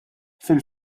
fil